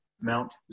Mount